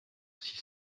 six